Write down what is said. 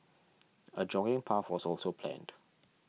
a jogging path was also planned